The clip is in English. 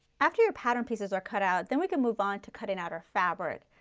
after your pattern pieces are cut out, then we can move on to cutting out our fabric.